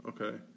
Okay